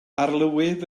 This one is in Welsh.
arlywydd